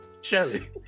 Shelly